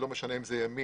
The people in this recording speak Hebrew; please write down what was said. לא משנה אם זה ימין,